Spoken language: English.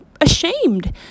ashamed